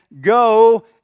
go